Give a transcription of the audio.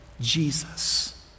Jesus